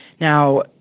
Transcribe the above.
Now